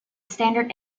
standard